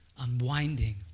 Unwinding